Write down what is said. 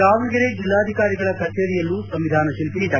ದಾವಣಗೆರೆ ಜಿಲ್ಲಾಧಿಕಾರಿಗಳ ಕಚೇರಿಯಲ್ಲೂ ಸಂವಿಧಾನ ಶಿಲ್ಪಿ ಡಾ